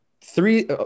three